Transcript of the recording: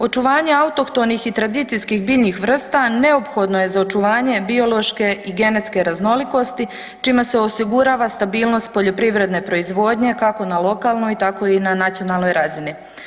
Očuvanje autohtonih i tradicijskih biljnih vrsta neophodno je za očuvanje biološke i genetske raznolikosti čime se osigurava stabilnost poljoprivredne proizvodnje kako na lokalnoj tako i na nacionalnoj razini.